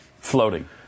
Floating